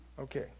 Okay